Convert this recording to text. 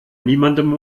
niemandem